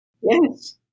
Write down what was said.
Yes